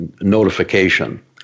notification